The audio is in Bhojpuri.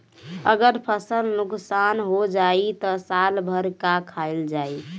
अगर फसल नुकसान हो जाई त साल भर का खाईल जाई